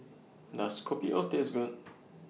Does Kopi O Taste Good